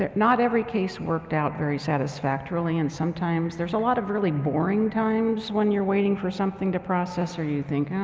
not every case worked out very satisfactorily and sometimes there's a lot of really boring times when you're waiting for something to process or you think oh,